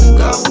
go